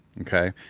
Okay